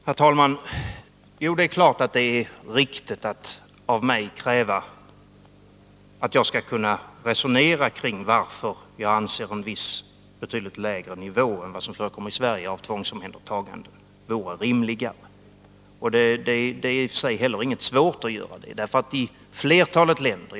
Herr talman! Jo, det är klart att det är riktigt att av mig kräva att jag skall kunna resonera kring varför jag anser en viss betydligt lägre nivå än vad som förekommer i Sverige av tvångsomhändertagande vore rimligare. Det är i och för sig inte heller svårt för mig att göra det.